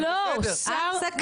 לא, שר מושך.